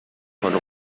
خانم